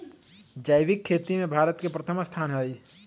जैविक खेती में भारत के प्रथम स्थान हई